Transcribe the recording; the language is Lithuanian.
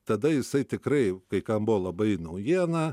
tada jisai tikrai kai kam buvo labai naujiena